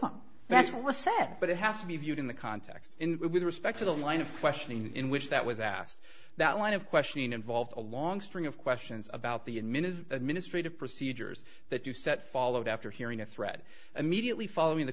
said but it has to be viewed in the context with respect to the line of questioning in which that was asked that line of questioning involved a long string of questions about the admin of administrative procedures that you set followed after hearing a thread immediately following the